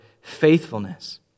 faithfulness